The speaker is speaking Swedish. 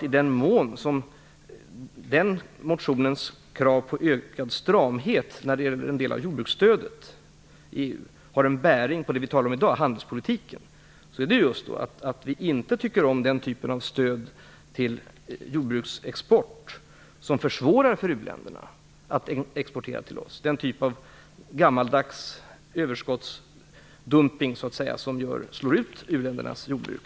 I den mån som den motionens krav på ökad stramhet när det gäller en del av jordbruksstödet i EU har en bäring på det vi talar om i dag, handelspolitiken, är det just att vi inte tycker om den typ av stöd till jordbruksexport som försvårar för u-länderna att exportera till oss, den typ av gammaldags överskottsdumpning som slår ut uländernas jordbruk.